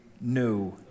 no